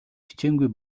хичээнгүй